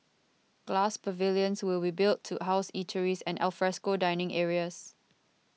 glass pavilions will be built to house eateries and alfresco dining areas